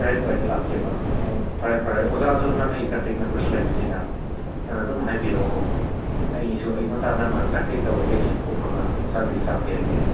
ꯇꯔꯦꯠꯋꯥꯏꯗ ꯂꯥꯛꯀꯦꯕ ꯑꯣ ꯐꯔꯦ ꯐꯔꯦ ꯑꯣꯖꯥꯁꯨ ꯅꯪ ꯑꯩꯒꯤ ꯀꯟꯇꯦꯛ ꯅꯝꯕꯔꯁꯨ ꯂꯩꯕꯅꯤꯅ ꯅꯪ ꯑꯗꯨꯝ ꯍꯥꯏꯕꯤꯔꯛꯑꯣ ꯑꯩꯁꯨ ꯑꯌꯨꯛ ꯉꯟꯇꯥ ꯅꯪꯅ ꯀꯟꯇꯦꯛ ꯇꯧꯔꯗꯤ ꯑꯩꯁꯨ ꯀꯨꯝꯃꯒ ꯑꯣꯖꯥꯒꯤꯗꯣ ꯆꯥꯝꯕꯤꯔꯒꯦ